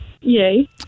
Yay